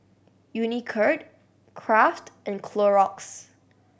Unicurd Kraft and Clorox